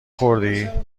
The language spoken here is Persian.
خوردی